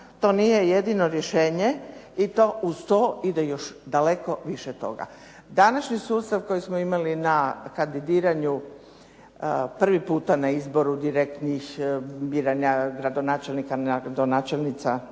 to nije jedino rješenje i to uz to ide daleko više toga. Današnji sustav koji smo imali na kandidiranju prvi puta na izboru direktnih biranja gradonačelnika, gradonačelnica,